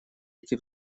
эти